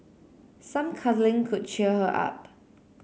some cuddling could cheer her up